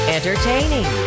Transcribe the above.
Entertaining